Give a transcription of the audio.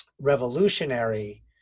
revolutionary